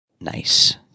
Nice